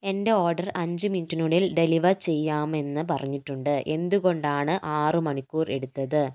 എന്റെ ഓർഡർ അഞ്ചു മിനിറ്റിനുള്ളിൽ ഡെലിവർ ചെയ്യാമെന്ന് പറഞ്ഞിട്ടുണ്ട് എന്തുകൊണ്ടാണ് ആറുമണിക്കൂർ എടുത്തത്